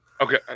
Okay